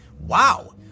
Wow